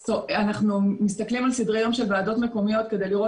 אנחנו מסתכלים על סדרי יום של ועדות מקומיות כדי לראות